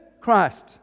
Christ